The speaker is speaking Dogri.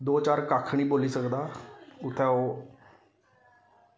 दो चार कक्ख निं बोली सकदा उत्थै ओह्